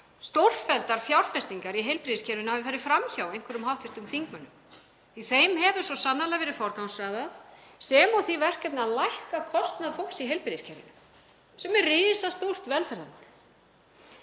stórfelldar fjárfestingar í heilbrigðiskerfinu hafi farið fram hjá einhverjum hv. þingmönnum því að þeim hefur svo sannarlega verið forgangsraðað sem og því verkefni að lækka kostnað fólks í heilbrigðiskerfinu, sem er risastórt velferðarmál.